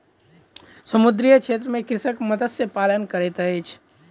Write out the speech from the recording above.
समुद्रीय क्षेत्र में कृषक मत्स्य पालन करैत अछि